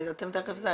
אתם תיכף,